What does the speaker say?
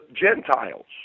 Gentiles